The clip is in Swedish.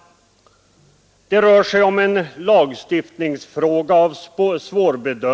Det rör sig om en svårbedömd lagstiftningsfråga.